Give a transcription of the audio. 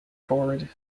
forward